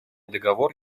договор